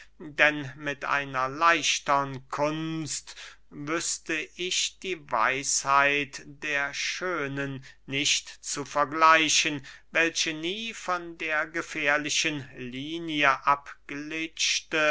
denn mit einer leichtern kunst wüßte ich die weisheit der schönen nicht zu vergleichen welche nie von der gefährlichen linie